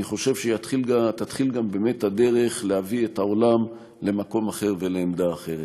אני חושב שתתחיל גם באמת הדרך להביא את העולם למקום אחר ולעמדה אחרת.